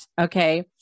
okay